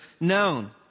known